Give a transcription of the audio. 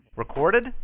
Recorded